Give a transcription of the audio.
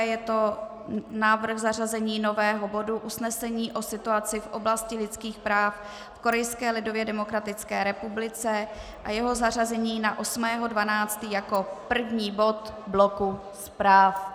Je to návrh na zařazení nového bodu usnesení o situaci v oblasti lidských práv v Korejské lidově demokratické republice a jeho zařazení na 8. 12. jako první bod bloku zpráv.